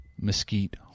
Mesquite